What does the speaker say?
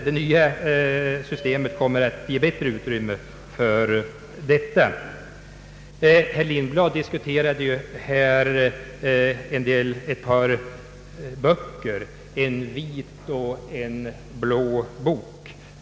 Herr Lindblad diskuterade ju ett par böcker — en vit och en blå bok.